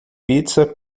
pizza